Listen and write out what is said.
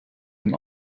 dem